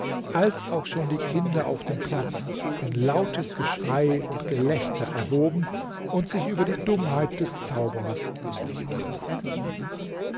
als auch schon die kinder auf dem platz ein lautes geschrei und gelächter erhoben und sich über die dummheit des zauberers lustig machen